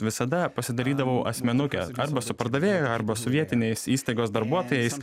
visada pasidarydavau asmenukę arba su pardavėju arba su vietiniais įstaigos darbuotojais